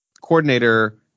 coordinator